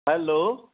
hello